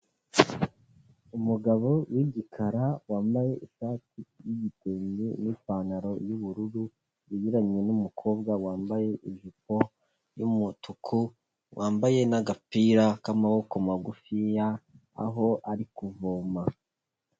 Umugabo w'igikara wambaye ishati y'igitenge n'ipantaro y'ubururu, wejyeranye n'umukobwa wambaye ijipo y'umutuku, wambaye n'agapira k'amaboko magufiya aho ari kuvoma.